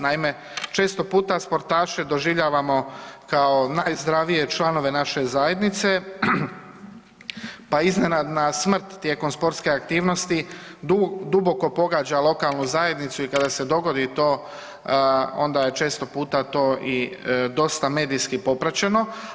Naime, često puta sportaše doživljavamo kao najzdravije članove naše zajednice, pa iznenadna smrt tijekom sportske aktivnosti duboko pogađa lokalnu zajednicu i kada se dogodi to onda je često puta to i dosta medijski popraćeno.